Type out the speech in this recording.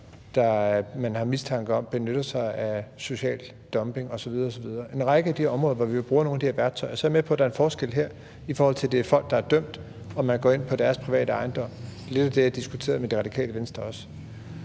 man har mistanke om benytter sig af social dumping osv. osv., altså en række af de områder, hvor vi jo bruger nogle af de her værktøjer? Så er jeg med på, at der her er en forskel i forhold til, at det er folk, der er dømt, og man går ind på deres private ejendom. Det er også i lighed med det, jeg diskuterede med Det Radikale Venstre.